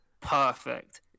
perfect